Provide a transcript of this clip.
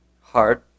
Hard